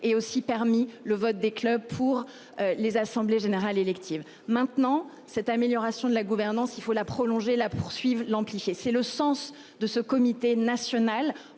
et aussi permis le vote des clubs pour les assemblées générales électives maintenant cette amélioration de la gouvernance, il faut la prolonger la poursuivent l'amplifier. C'est le sens de ce comité national